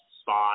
spot